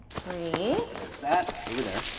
three there's that, over there.